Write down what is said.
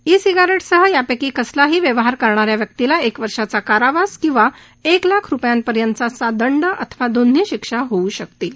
E सिगारेट्सचा कसलाही व्यवहार करणा या व्यक्तीला एक वर्षाचा कारावास किंवा एक लाख रुपयांपर्यंतचा दंड किंवा दोन्ही शिक्षा होऊ शकतील